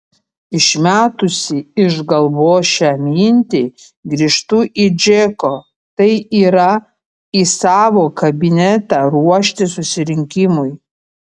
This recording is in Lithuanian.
išmetusi iš galvos šią mintį grįžtu į džeko tai yra į savo kabinetą ruoštis susirinkimui